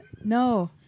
no